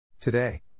Today